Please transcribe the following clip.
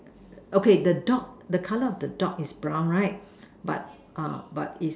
okay the dog the color of the dog is brown right but but is